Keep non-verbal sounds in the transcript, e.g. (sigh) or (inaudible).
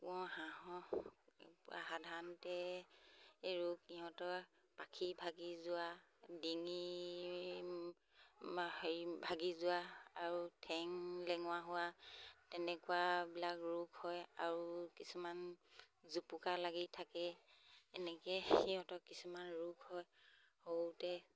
(unintelligible) হাঁহৰ সাধাৰণতে ৰোগ সিহঁতৰ পাখি ভাগি যোৱা ডিঙি হেৰি ভাগি যোৱা আৰু ঠেং লেঙেৰা হোৱা তেনেকুৱাবিলাক ৰোগ হয় আৰু কিছুমান জোপোকা লাগি থাকে এনেকে সিহঁতৰ কিছুমান ৰোগ হয় সৰুতে